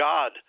God